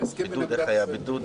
איך היה הבידוד?